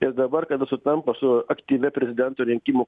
ir dabar kada sutampa su aktyvia prezidento rinkimų